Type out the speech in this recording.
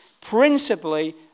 principally